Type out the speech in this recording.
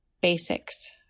basics